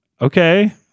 Okay